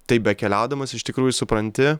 taip bekeliaudamas iš tikrųjų supranti